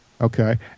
Okay